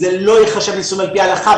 זה לא ייחשב לנישואים על פי ההלכה,